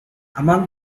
among